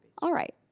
alright,